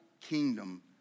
kingdom